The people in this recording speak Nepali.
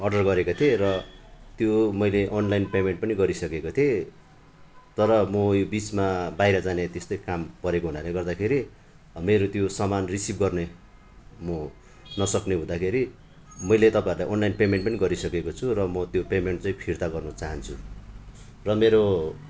अर्डर गरेका थिएँ र त्यो मैले अनलाइन पेमेन्ट पनि गरिसकेको थिएँ तर म यो बिचमा बाहिर जाने त्यस्तै काम परेको हुनाले गर्दाखेरि मेरो त्यो सामान रिसिभ गर्ने म नस्कने हुँदाखेरि मैले तपाईँहरूलाई अनलाइन पेमेन्ट गरिसकेको छु र म त्यो पेमेनन्ट चाहिँ फिर्ता गर्नु चाहन्छु र मेरो